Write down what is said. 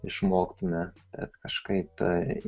išmoktume bet kažkaip tai